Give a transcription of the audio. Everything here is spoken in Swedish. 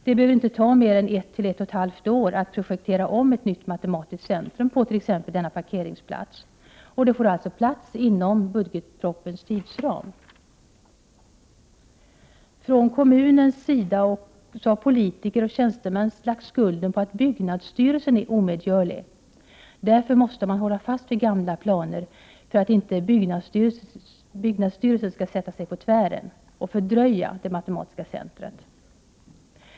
Det behöver inte ta mer än ett till ett och ett halvt år att projektera om matematiskt centrum till att byggas t.ex. på parkeringsplatsen som jag nämnde förut. Det finns alltså utrymme inom budgetpropositionens tidsram. Från kommunens sida har politiker och tjänstemän lagt skulden på att byggnadsstyrelsen är omedgörlig. Man måste hålla fast vid gamla planer för att inte byggnadsstyrelsen skall sätta sig på tvären och fördröja det matematiska centret.